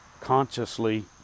consciously